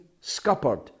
scuppered